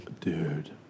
Dude